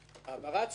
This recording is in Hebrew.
העברת זכויות.